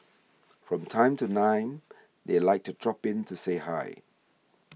from time to time they like to drop in to say hi